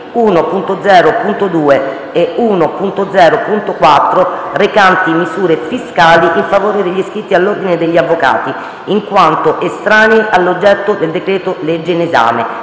1.0.2 e 1.0.4, recanti misure fiscali in favore degli iscritti all'Ordine degli avvocati, in quanto estranei all'oggetto del decreto-legge in esame,